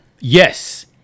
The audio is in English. yes